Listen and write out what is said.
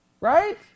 right